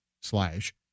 slash